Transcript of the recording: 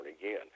again